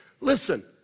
listen